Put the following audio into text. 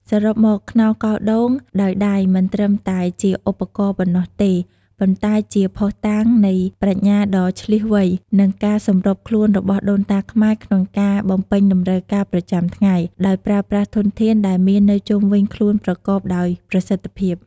សរុបមក ខ្នោសកោសដូងដោយដៃមិនត្រឹមតែជាឧបករណ៍ប៉ុណ្ណោះទេ ប៉ុន្តែជាភស្តុតាងនៃប្រាជ្ញាដ៏ឈ្លាសវៃ និងការសម្របខ្លួនរបស់ដូនតាខ្មែរក្នុងការបំពេញតម្រូវការប្រចាំថ្ងៃ ដោយប្រើប្រាស់ធនធានដែលមាននៅជុំវិញខ្លួនប្រកបដោយប្រសិទ្ធភាព។